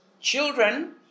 children